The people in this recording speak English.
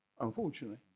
unfortunately